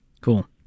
Cool